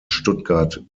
stuttgart